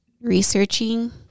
researching